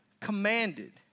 commanded